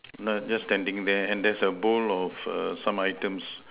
err just standing there and there's a bowl of err some items